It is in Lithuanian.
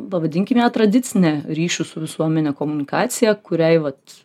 pavadinkim ją tradicine ryšių su visuomene komunikacija kuriai vat